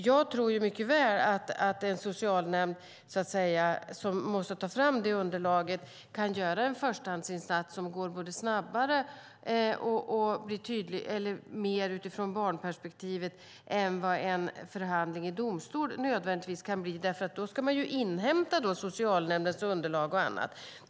Jag tror mycket väl att en socialnämnd som måste ta fram underlag kan göra en förstahandsinsats som både går snabbare och utgår mer från barnperspektivet än vad en förhandling i domstol skulle kunna leda till, för domstolen måste ju inhämta underlag från socialnämnden med mera.